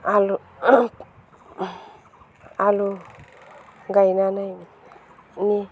आलु आलु गायनानै